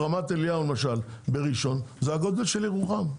שכונת רמת אליהו בראשון היא בגודל של ירוחם,